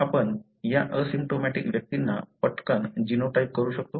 आपण या असिम्प्टोमॅटिक व्यक्तींना पटकन जीनोटाइप करू शकतो